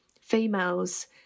females